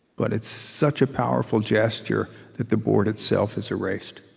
but it's such a powerful gesture that the board itself is erased.